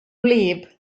wlyb